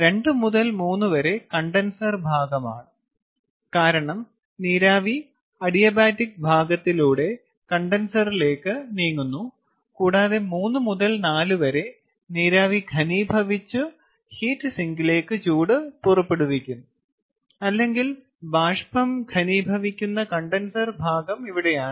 2 മുതൽ 3 വരെ കണ്ടൻസർ ആണ് കാരണം നീരാവി അഡിയാബാറ്റിക് ഭാഗത്തിലൂടെ കണ്ടൻസറിലേക്ക് നീങ്ങുന്നു കൂടാതെ 3 മുതൽ 4 വരെ നീരാവി ഘനീഭവിച്ചു ഹീറ്റ് സിങ്കിലേക്ക് ചൂട് പുറപ്പെടുവിക്കുന്നു അല്ലെങ്കിൽ ബാഷ്പം ഘനീഭവിക്കുന്ന കണ്ടൻസർ വിഭാഗം ഇവിടെയാണ്